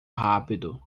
rápido